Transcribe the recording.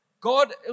God